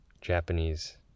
japanese